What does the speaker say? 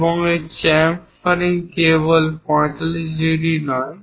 এবং এই চ্যামফারিংটি কেবল 45 ডিগ্রি নয়